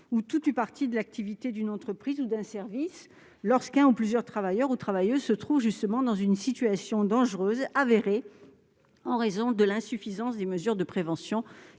pour toute ou partie de l'activité d'une entreprise ou d'un service lorsqu'un ou plusieurs travailleurs ou travailleuses se trouvent dans une situation dangereuse avérée, en conséquence de l'insuffisance des mesures de prévention